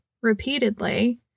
repeatedly